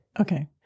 Okay